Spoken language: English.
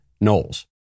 Knowles